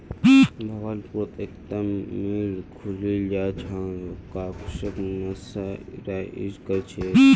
भागलपुरत एकता मिल खुलील छ जहां कपासक मर्सराइज कर छेक